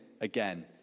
again